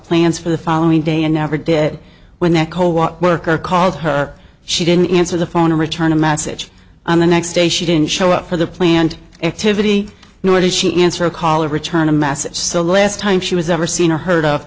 plans for the following day and never did when echo what worker called her she didn't answer the phone or return a macit on the next day she didn't show up for the planned activity nor did she answer a call or return a message so last time she was ever seen or heard of